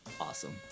Awesome